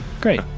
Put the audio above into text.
Great